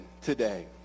today